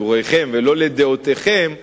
ולא לדעותיכם,